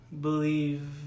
believe